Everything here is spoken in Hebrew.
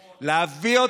להביא,